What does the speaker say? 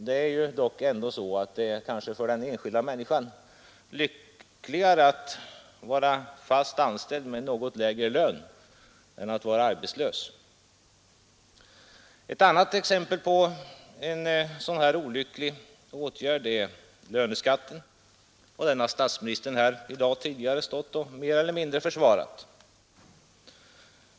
Det är ändå för den enskilda människan lyckligare att vara fast anställd med något lägre lön än att vara arbetslös. Ett annat exempel på en sådan här olycklig åtgärd är löneskatten. Den har statsministern tidigare i dag mer eller mindre försvarat.